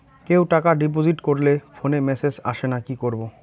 কেউ টাকা ডিপোজিট করলে ফোনে মেসেজ আসেনা কি করবো?